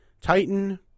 Titan